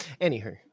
Anywho